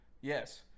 Yes